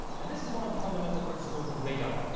and this is one of the fundamental principles in radar.